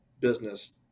business